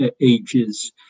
ages